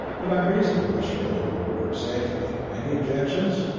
but i'm reasonably sure that it will work safely. any objections?